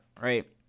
right